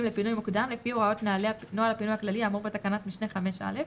לפינוי מו קדם לפי הוראות נוהל הפינוי הכללי האמור בתקנת משנה 5(א),